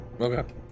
Okay